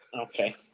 okay